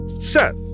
Seth